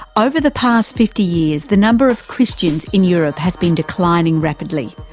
over the past fifty years the number of christians in europe has been declining rapidly,